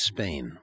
Spain